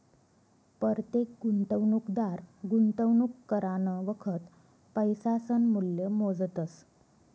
परतेक गुंतवणूकदार गुंतवणूक करानं वखत पैसासनं मूल्य मोजतस